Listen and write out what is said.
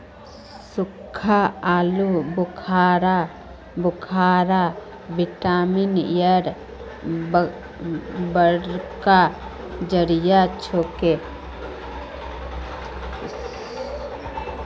सुक्खा आलू बुखारा विटामिन एर बड़का जरिया छिके